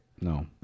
No